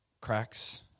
cracks